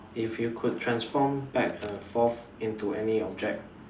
if you could transform back and forth into any object